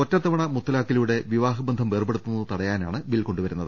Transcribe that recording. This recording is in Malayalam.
ഒറ്റത്തവണ മുത്തലാഖിലൂടെ വിവാഹ ബന്ധം വേർപ്പെടുത്തുന്നത് തടയാനാണ് ബിൽ കൊണ്ടുവരുന്നത്